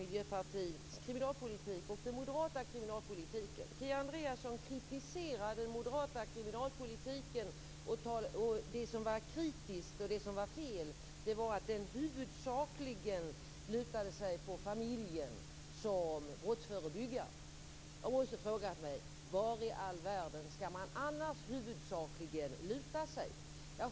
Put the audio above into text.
Miljöpartiets kriminalpolitik och den moderata kriminalpolitiken. Kia Andreasson kritiserade den moderata kriminalpolitiken. Det som var fel var att den huvudsakligen lutar sig på familjen som brottsförebyggare. Jag måste fråga var i all världen man annars huvudsakligen skall luta sig.